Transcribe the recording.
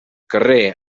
carrer